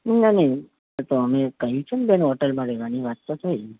નહીં નહીં અમે કરીશું ને બેન હોટેલમાં રહેવાની વાત તો થઈ